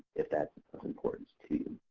if that's of importance to you.